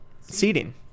seating